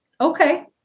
Okay